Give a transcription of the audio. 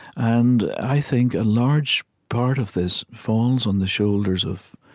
and i think a large part of this falls on the shoulders of